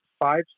five